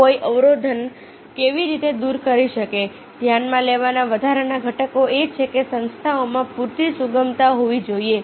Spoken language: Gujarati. કોઈ અવરોધને કેવી રીતે દૂર કરી શકે છે ધ્યાનમાં લેવાના વધારાના ઘટકો એ છે કે સંસ્થાઓમાં પૂરતી સુગમતા હોવી જોઈએ